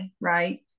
Right